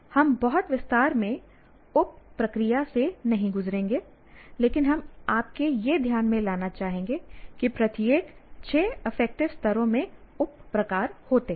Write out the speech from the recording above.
हम बहुत विस्तार में उप प्रक्रिया से नहीं गुजरेंगे लेकिन हम आपके यह ध्यान में लाना चाहेंगे कि प्रत्येक छः अफेक्टिव स्तरों में उप प्रकार होते हैं